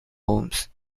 homes